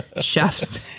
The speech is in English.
chefs